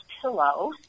pillow